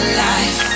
life